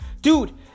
Dude